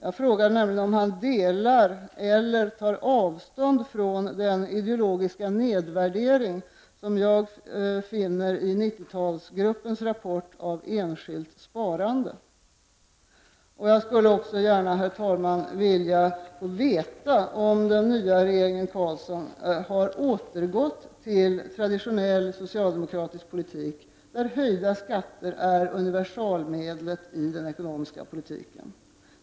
Jag frågade nämligen om finansministern delar eller tar avstånd från den ideologiska nedvärdering av enskilt sparande som jag finner i 90-talsgruppens rapport. Jag skulle också, herr talman, vilja veta om den nya regeringen Carlsson har återgått till traditionell socialdemokratisk politik, där höjda skatter är universalmedlet i den ekonomiska politiken.